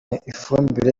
ifumbire